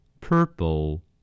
Purple